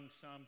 Psalm